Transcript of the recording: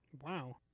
Wow